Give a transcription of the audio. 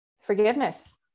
forgiveness